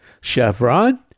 Chevron